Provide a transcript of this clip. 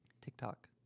TikTok